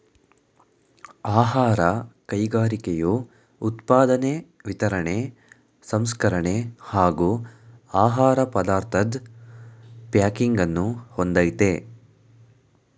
ಆಹಾರ ಕೈಗಾರಿಕೆಯು ಉತ್ಪಾದನೆ ವಿತರಣೆ ಸಂಸ್ಕರಣೆ ಹಾಗೂ ಆಹಾರ ಪದಾರ್ಥದ್ ಪ್ಯಾಕಿಂಗನ್ನು ಹೊಂದಯ್ತೆ